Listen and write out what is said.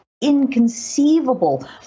inconceivable